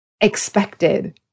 expected